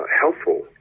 helpful